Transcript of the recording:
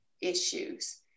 issues